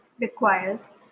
requires